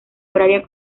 horaria